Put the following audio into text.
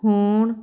ਹੋਣ